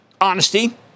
honesty